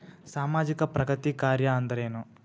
ಸಾಮಾಜಿಕ ಪ್ರಗತಿ ಕಾರ್ಯಾ ಅಂದ್ರೇನು?